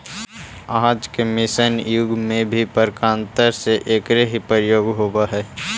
आज के मशीनी युग में भी प्रकारान्तर से एकरे ही प्रयोग होवऽ हई